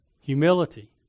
humility